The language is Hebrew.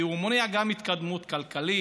כי הוא מונע גם התקדמות כלכלית,